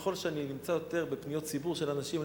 ככל שאני נמצא יותר בפניות ציבור של אנשים,